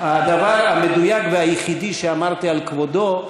הדבר המדויק והיחידי שאמרתי על כבודו,